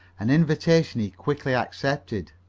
an invitation he quickly accepted,